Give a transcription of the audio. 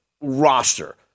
roster